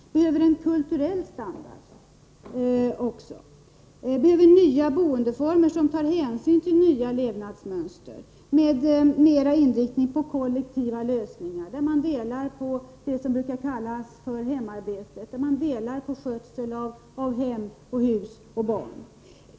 Vi behöver också en kulturell standard. Vi behöver nya boendeformer som tar hänsyn till nya levnadsmönster, med mera inriktning på kollektiva lösningar, där man delar på det som brukar kallas för hemarbete, där man delar på skötseln av hem och hus och barn.